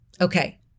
okay